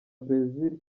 brazil